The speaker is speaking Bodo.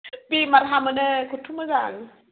बेमार हामोनो खथ' मोजां